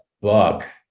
book